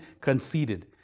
conceited